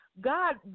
God